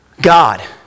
God